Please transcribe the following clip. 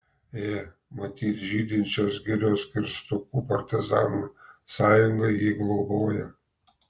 ė matyt žydinčios girios kirstukų partizanų sąjunga jį globoja